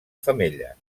femelles